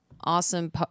awesome